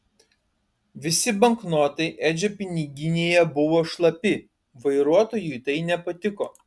visi banknotai edžio piniginėje buvo šlapi vairuotojui tai nepatiko